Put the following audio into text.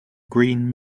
green